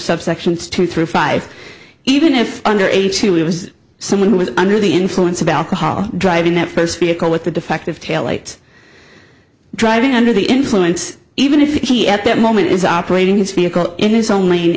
subsections two through five even if under age he was someone who was under influence of alcohol driving that first vehicle with the defective taillight driving under the influence even if he at that moment is operating his vehicle in his o